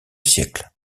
siècle